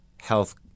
health